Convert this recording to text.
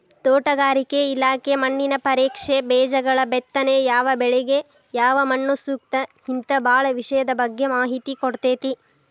ತೋಟಗಾರಿಕೆ ಇಲಾಖೆ ಮಣ್ಣಿನ ಪರೇಕ್ಷೆ, ಬೇಜಗಳಬಿತ್ತನೆ ಯಾವಬೆಳಿಗ ಯಾವಮಣ್ಣುಸೂಕ್ತ ಹಿಂತಾ ಬಾಳ ವಿಷಯದ ಬಗ್ಗೆ ಮಾಹಿತಿ ಕೊಡ್ತೇತಿ